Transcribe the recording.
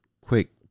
quick